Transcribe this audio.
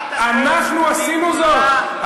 אנחנו עשינו זאת?